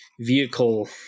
vehicle